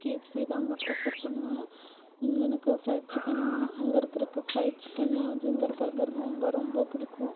கேஎஃப்சிதாங்க prefer பண்ணுவேன் எனக்கு fried chicken அங்கே இருக்கிறக்கு ஃப்ரைட் சிக்கனா ஜிங்கர் பர்கர் ரொம்ப ரொம்ப பிடிக்கும்